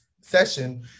session